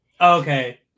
Okay